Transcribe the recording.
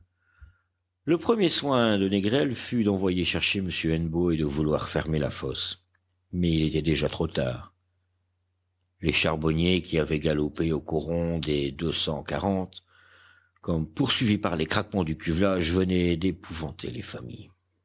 le premier soin de négrel fut d'envoyer chercher m hennebeau et de vouloir fermer la fosse mais il était déjà trop tard les charbonniers qui avaient galopé au coron des deux cent quarante comme poursuivis par les craquements du cuvelage venaient d'épouvanter les familles